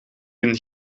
een